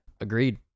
agreed